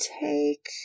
take